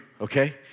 Okay